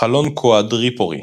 חלון קואדריפורי